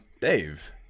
Dave